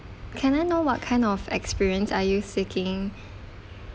can I know what kind of experience are you seeking